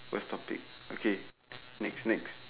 what's topic okay next next